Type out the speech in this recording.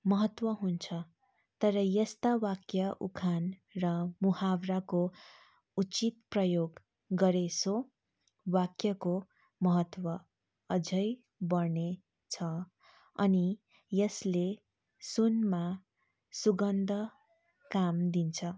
महत्त्व हुन्छ तर यस्ता वाक्य उखान र मुहावराको उचित प्रयोग गरे सो वाक्यको महत्त्व अझ बढ्ने छ अनि यसले सुनमा सुगन्ध काम दिन्छ